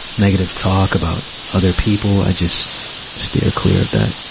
negative talk about other people, i just steer clear of that.